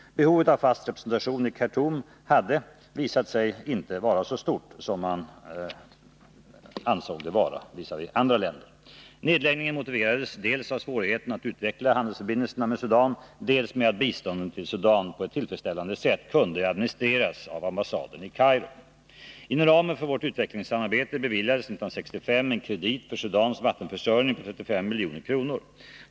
Behovet av fast representation i Khartoum hade visat sig inte vara så stort som i vissa andra länder. Nedläggningen motiverades dels av svårigheten att utveckla handelsförbindelserna med Sudan, dels med att biståndet till Sudan på ett tillfredsställande sätt kunde administreras av ambassaden i Kairo. Inom ramen för vårt utvecklingssamarbete beviljades 1965 en kredit för Sudans vattenförsörjning på 35 milj.kr.